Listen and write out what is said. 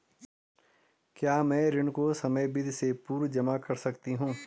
क्या मैं ऋण को समयावधि से पूर्व जमा कर सकती हूँ?